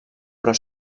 però